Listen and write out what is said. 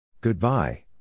Goodbye